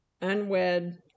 unwed